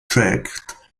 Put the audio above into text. track